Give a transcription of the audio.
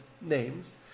names